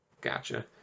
Gotcha